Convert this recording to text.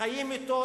וחיים אתו,